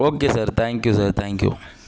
okay sir thank you sir thank you